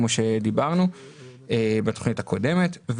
כמו שדיברנו בתוכנית הקודמת.